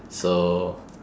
so